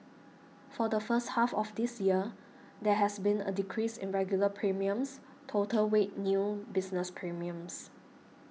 for the first half of this year there has been a decrease in regular premiums total weighed new business premiums